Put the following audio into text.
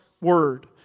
Word